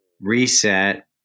reset